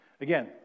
Again